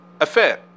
affair